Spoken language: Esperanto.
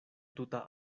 tuta